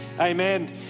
Amen